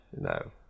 no